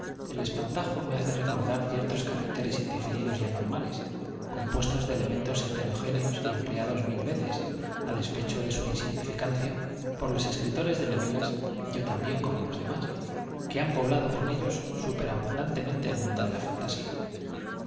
el espantajo me hace recordar ciertos caracteres indefinidos y anormales compuestos de elementos heterogéneos y empleados mil veces a despecho de su insignificancia por los escritores de novelas yo también como los demás que han poblado con ellos superabundantemente el mundo de la fantasía